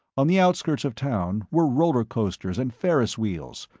on the outskirts of town were roller coasters and ferris wheels,